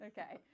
Okay